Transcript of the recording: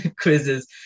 quizzes